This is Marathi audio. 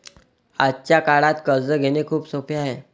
आजच्या काळात कर्ज घेणे खूप सोपे आहे